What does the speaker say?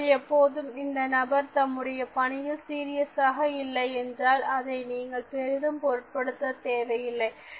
மக்கள் இப்பொழுது இந்த நபர் தம்முடைய பணியில் சீரியஸாக இல்லை என்றால் அதை நீங்கள் பெரிதும் பொருட்படுத்த தேவையில்லை